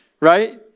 Right